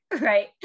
right